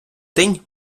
день